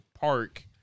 park